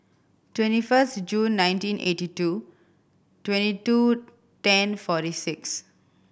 twenty first June nineteen eighty two twenty two ten forty six